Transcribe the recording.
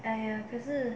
!aiya! 可是